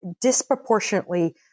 disproportionately